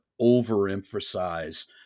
overemphasize